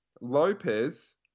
Lopez